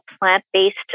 plant-based